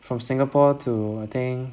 from singapore to I think